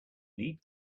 need